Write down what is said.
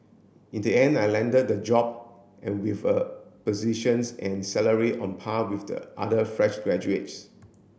in the end I landed the job and with a positions and salary on par with the other fresh graduates